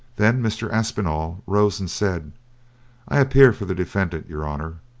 then mr. aspinall rose and said i appear for the defendant, your honour,